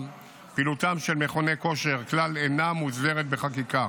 פעילותם של מכוני כושר כלל אינה מוסדרת בחקיקה.